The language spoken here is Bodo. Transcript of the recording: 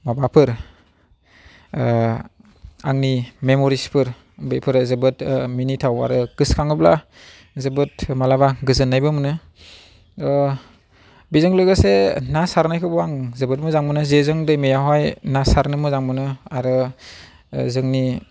माबाफोर आंनि मेम'रिसफोर बेफोरो जोबोद मिनिथाव आरो गोसो खाङोब्ला जोबोद माब्लाबा गोजोननायबो मोनो बेजों लोगोसे ना सारनायखौबो आं जोबोद मोजां मोनो जेजों दैमायावहाय ना सारनो मोजां मोनो आरो जोंनि